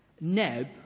Neb